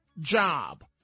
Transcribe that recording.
job